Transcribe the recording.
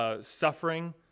suffering